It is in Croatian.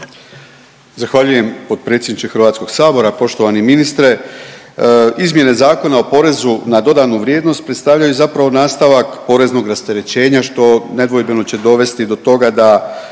Zahvaljujem potpredsjedniče Hrvatskog sabora. Poštovani ministre, izmjene Zakona o porezu na dodanu vrijednost predstavljaju zapravo nastavak poreznog rasterećenja što nedvojbeno će dovesti do toga da